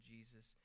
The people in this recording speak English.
Jesus